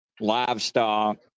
livestock